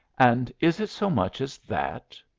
and is it so much as that?